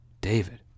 David